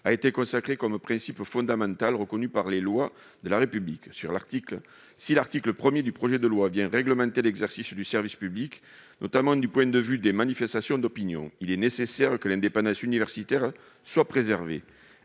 a été consacré comme principe fondamental reconnu par les lois de la République. Si l'article 1 du projet de loi vient réglementer l'exercice du service public, notamment du point de vue des manifestations d'opinion, il est nécessaire que l'indépendance universitaire soit préservée.